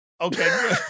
okay